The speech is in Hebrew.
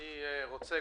אני רוצה,